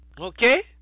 okay